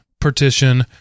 partition